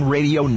Radio